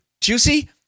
juicy